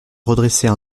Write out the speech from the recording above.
redresser